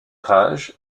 raj